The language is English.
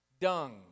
Dung